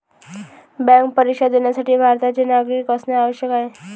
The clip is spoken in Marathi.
बँक परीक्षा देण्यासाठी भारताचे नागरिक असणे आवश्यक आहे